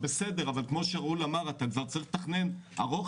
שבסוף המדינה וזרועותיה צריכה לתת מענה